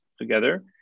together